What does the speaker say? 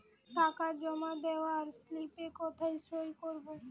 টাকা জমা দেওয়ার স্লিপে কোথায় সই করব?